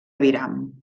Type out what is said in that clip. aviram